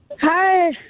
Hi